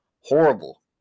horrible